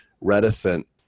reticent